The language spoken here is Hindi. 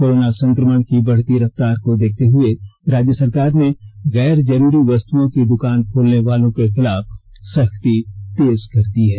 कोरोना संक्रमण की बढ़ती रफ्तार को देखते हुए राज्य सरकार ने गैर जरूरी वस्तुओं की दुकान खोलने वालों के खिलाफ सख्ती तेज कर दी है